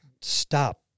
stop